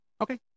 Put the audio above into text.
Okay